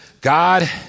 God